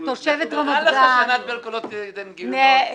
נראה לך שענת ברקו לא תיתן גילוי נאות?